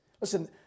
Listen